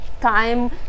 time